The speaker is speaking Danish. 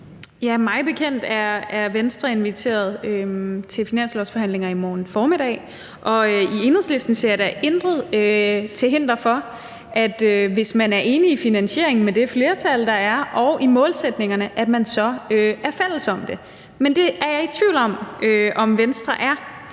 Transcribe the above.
Mig bekendt er Venstre inviteret til finanslovsforhandlinger i morgen formiddag, og i Enhedslisten ser jeg det sådan, at der da intet er til hinder for, at man, hvis man er enig i finansieringen med det flertal, der er, og i målsætningerne, så er fælles om det. Men jeg er i tvivl om, om Venstre er det.